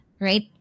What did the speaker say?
right